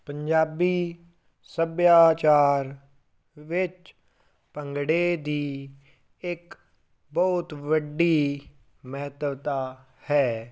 ਪੰਜਾਬੀ ਸੱਭਿਆਚਾਰ ਵਿੱਚ ਭੰਗੜੇ ਦੀ ਇੱਕ ਬਹੁਤ ਵੱਡੀ ਮਹੱਤਵਤਾ ਹੈ